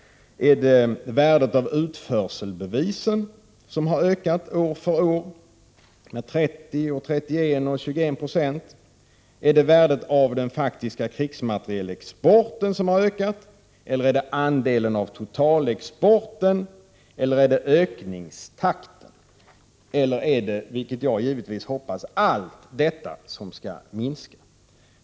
Är det värdet av utförselbevisen, som har ökat år för år med 30, 31 och 21 26? Är det värdet av den faktiska krigsmaterielexporten, som har ökat? Är det andelen av totalexporten? Är det ökningstakten? Eller är det vilket jag givetvis hoppas —- allt detta som skall minska?